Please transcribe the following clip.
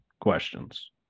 questions